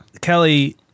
Kelly